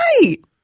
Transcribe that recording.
right